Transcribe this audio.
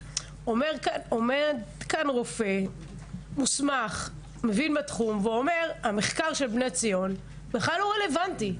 עומד רופא מוסמך שמבין בתחום ואומר שהמחקר של בני ציון בכלל לא רלוונטי.